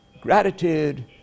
Gratitude